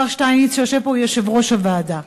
השר שטייניץ שיושב פה הוא יושב-ראש הוועדה,